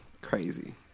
crazy